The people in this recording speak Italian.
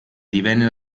divenne